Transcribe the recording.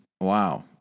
Wow